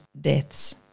deaths